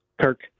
Kirk